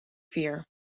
fear